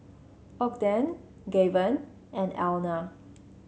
Ogden Gaven and Elna